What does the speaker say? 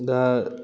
दा